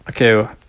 Okay